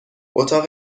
اتاق